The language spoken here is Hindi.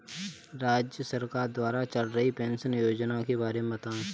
राज्य सरकार द्वारा चल रही पेंशन योजना के बारे में बताएँ?